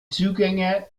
zugänge